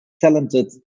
talented